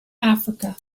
africa